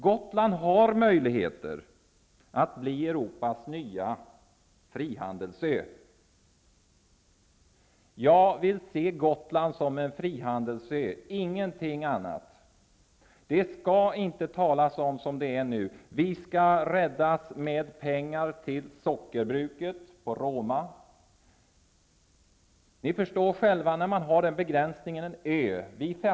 Gotland har möjligheter att bli Europas nya frihandelsö. Jag vill se Gotland som en frihandelsö, ingenting annat. Det skall inte som nu talas om att Gotland skall räddas genom pengar till sockerbruket i Roma. Ni förstår ju själva att det innebär en begränsning för Gotland i och med att det är fråga om en ö.